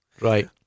Right